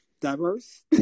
Diverse